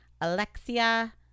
Alexia